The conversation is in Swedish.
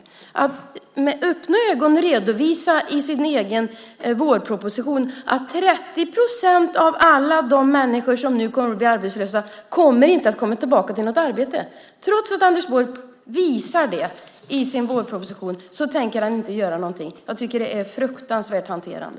Trots att Anders Borg med öppna ögon i sin egen vårproposition redovisar att 30 procent av alla människor som nu kommer att bli arbetslösa inte kommer tillbaka till arbete tänker han inte göra någonting. Jag tycker att det är ett fruktansvärt hanterande.